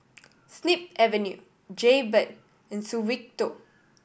Snip Avenue Jaybird and Suavecito